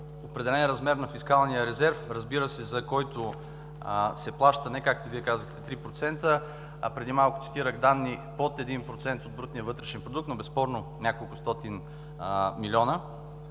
определен размер на фискалния резерв, разбира се, за който се плаща не както Вие казахте 3%, а преди малко цитирах данни под 1% от брутния вътрешен продукт, безспорно, няколкостотин милиона.